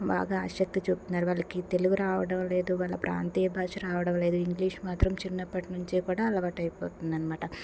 బాగా ఆసక్తి చూపుతున్నారు వాళ్ళకి తెలుగు రావడం లేదు వాళ్ళ ప్రాంతీయ భాషరావడం లేదు ఇంగ్లీష్ మాత్రం చిన్నప్పటినుంచి కూడా అలవాటైపోతుందనమాట